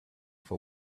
for